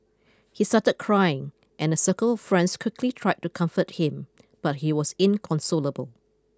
he started crying and a circle of friends quickly tried to comfort him but he was inconsolable